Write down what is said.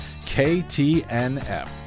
KTNF